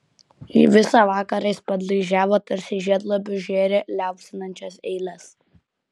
visą vakarą jis padlaižiavo tarsi žiedlapius žėrė liaupsinančias eiles